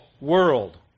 world